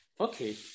Okay